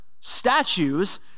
statues